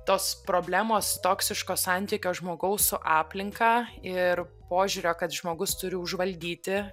tos problemos toksiško santykio žmogaus su aplinka ir požiūrio kad žmogus turi užvaldyti